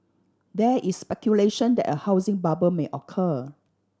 there is speculation that a housing bubble may occur